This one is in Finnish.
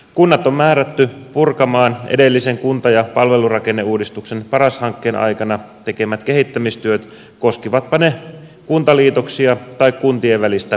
kunnat on määrätty purkamaan edellisen kunta ja palvelurakenneuudistuksen paras hankkeen aikana tehdyt kehittämistyöt koskivatpa ne kuntaliitoksia tai kuntien välistä yhteistyötä